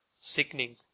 sickening